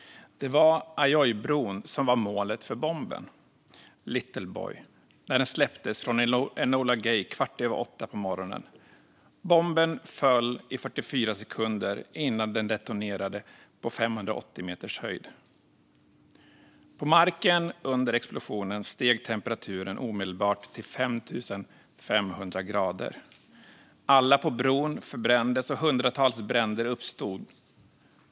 Det var Aioibron som var målet för bomben, Little Boy, när den släpptes från Enola Gay kvart över åtta på morgonen. Bomben föll i 44 sekunder innan den detonerade på 580 meters höjd. På marken under explosionen steg temperaturen omedelbart till 5 500 grader. Alla på bron förbrändes, och hundratals bränder uppstod.